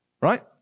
Right